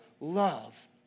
love